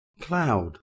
Cloud